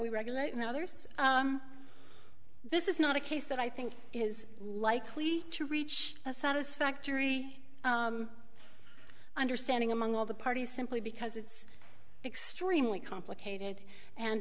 we regulate in others this is not a case that i think is likely to reach a satisfactory understanding among all the parties simply because it's extremely complicated and